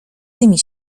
tymi